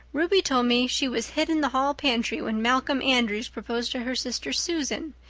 ruby told me she was hid in the hall pantry when malcolm andres proposed to her sister susan.